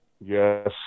Yes